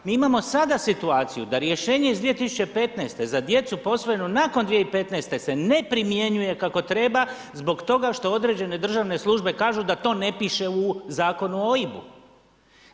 Mi imamo sada situaciju da rješenje iz 2015. za djecu posvojenu nakon 2015. se ne primjenjuje kako treba zbog toga što određene državne službe kažu da to ne piše u Zakonu o OIB-u.